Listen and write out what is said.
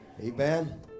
Amen